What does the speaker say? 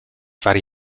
fare